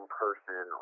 person